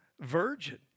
virgin